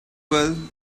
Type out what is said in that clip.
well